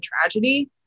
tragedy